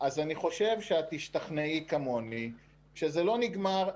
אני חושב שאת תשתכנעי כמוני שזה לא נגמר.